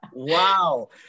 Wow